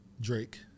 Drake